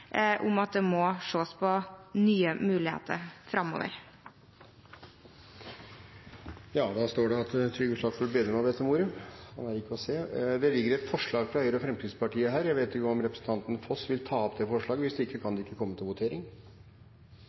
om at det må ses på nye muligheter framover. Det foreligger et forslag fra Høyre og Fremskrittspartiet her, jeg vet ikke om representanten Foss vil ta opp det forslaget, hvis ikke kan det ikke komme til votering.